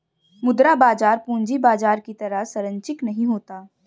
मुद्रा बाजार पूंजी बाजार की तरह सरंचिक नहीं होता